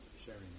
sharing